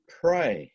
pray